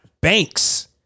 Banks